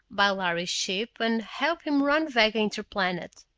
by lhari ship, and help him run vega interplanet.